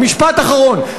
משפט אחרון.